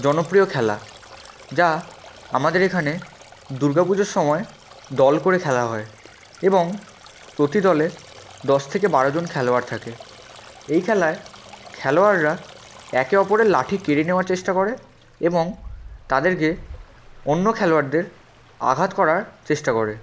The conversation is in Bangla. জনপ্রিয় খেলা যা আমাদের এখানে দুর্গা পুজোর সময় দল করে খেলা হয় এবং প্রতি দলে দশ থেকে বারোজন খেলোয়াড় থাকে এই খেলায় খেলোয়াড়রা একে অপরের লাঠি কেড়ে নেওয়ার চেষ্টা করে এবং তাদেরকে অন্য খেলোয়াড়দের আঘাত করার চেষ্টা করে